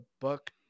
book